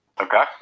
Okay